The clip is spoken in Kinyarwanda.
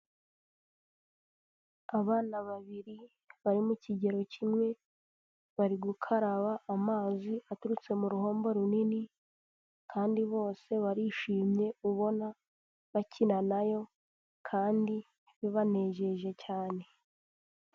Abana babiri bari mu kigero kimwe bari gukaraba amazi aturutse mu ruhombo runini, kandi bose barishimye ubona bakina nayo kandi bibanejeje cyane.